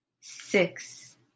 six